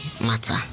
matter